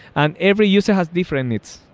and every user has different needs.